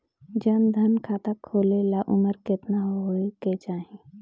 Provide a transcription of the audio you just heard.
जन धन खाता खोले ला उमर केतना होए के चाही?